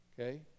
okay